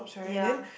ya